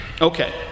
Okay